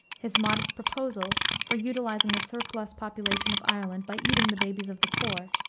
his modest proposal for utilizing the surplus population of ireland by eating the babies of the poor,